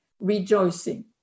rejoicing